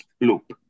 loop